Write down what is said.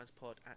Pod